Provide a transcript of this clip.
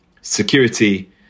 security